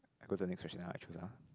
I go to the next question ah I choose ah